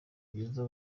byiza